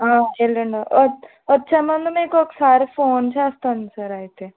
ఎళ్ళుండ ఓ వచ్చేముందు మీకు ఒకసారి ఫోన్ చేస్తాను సార్ అయితే